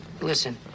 listen